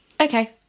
okay